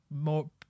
more